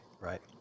right